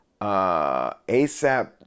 ASAP